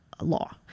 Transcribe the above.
law